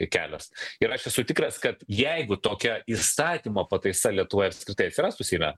kelias ir aš esu tikras kad jeigu tokia įstatymo pataisa lietuvoj apskritai atsirastų seime